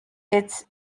its